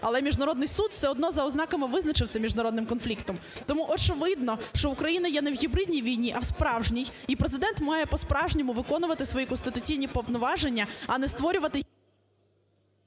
Але міжнародний суд все одно за ознаками визначив це міжнародним конфліктом. Тому очевидно, що Україна є не в гібридній війні, а в справжній і Президент має по-справжньому виконувати свої конституційні повноваження, а не створювати…